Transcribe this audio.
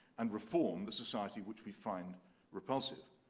and reform the society which we find repulsive.